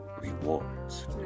rewards